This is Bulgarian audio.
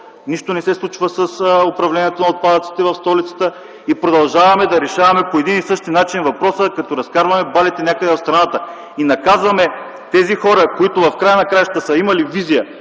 нищо не се случва с управлението на отпадъците в столицата и продължаваме да решаваме по един и същи начин въпроса, като разкарваме балите някъде из страната. Така наказваме хората, които в края на краищата са имали визия